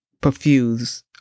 perfuse